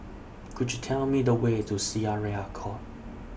Could YOU Tell Me The Way to Syariah Court